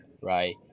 right